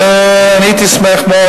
ואני הייתי שמח מאוד,